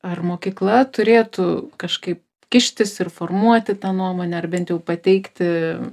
ar mokykla turėtų kažkaip kištis ir formuoti tą nuomonę ar bent jau pateikti